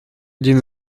один